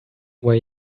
way